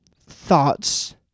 thoughts